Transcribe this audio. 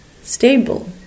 stable